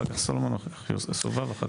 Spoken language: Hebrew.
טוב,